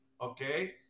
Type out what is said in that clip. okay